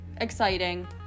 exciting